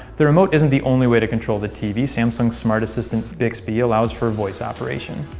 the remote isn't the only way to control the tv. samsung's smart assistant, bixby, allows for voice operation.